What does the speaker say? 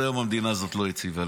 ועד היום המדינה הזאת לא יציבה.